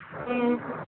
ம்